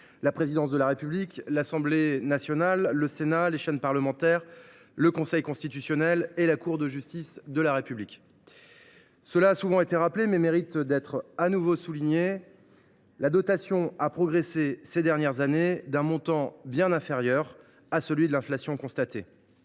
la présidence de la République, l’Assemblée nationale, le Sénat, les chaînes parlementaires, le Conseil constitutionnel et la Cour de justice de la République. Cela a souvent été rappelé, mais mérite d’être de nouveau souligné, la dotation a progressé ces dernières années d’un montant bien inférieur à celui de l’inflation constatée.